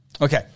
Okay